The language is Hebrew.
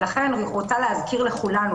ולכן אני רוצה להזכיר לכולנו,